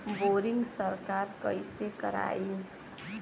Boring सरकार कईसे करायी?